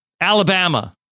Alabama